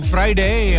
Friday